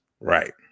Right